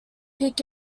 peak